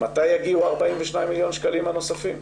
מתי יגיעו 42 מיליוני השקלים הנוספים?